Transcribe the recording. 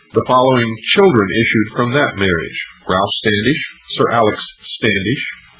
the following children issued from that marriage ralph standish, sir alex standish,